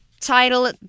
Title